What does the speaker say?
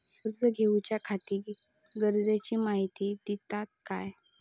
कर्ज घेऊच्याखाती गरजेची माहिती दितात काय?